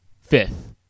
Fifth